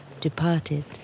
departed